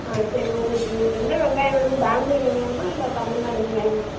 ஆ சரி உங்களுக்கு என்ன வெங்காயம் வேணும் பெங்களூர் வெங்காயமா இல்லை தமிழ்நாடு வெங்காயமா